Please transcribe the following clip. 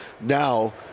now